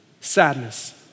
sadness